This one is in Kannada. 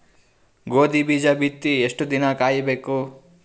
ಗೋಧಿ ಬೀಜ ಬಿತ್ತಿ ಎಷ್ಟು ದಿನ ಕಾಯಿಬೇಕು?